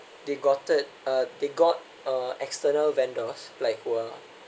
they got it uh they got uh external vendors like who are